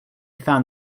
found